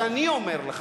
אז אני אומר לך